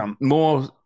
more